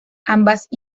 ambas